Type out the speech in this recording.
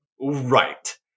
right